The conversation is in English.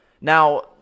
Now